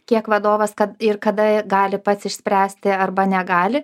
kiek vadovas kad ir kada gali pats išspręsti arba negali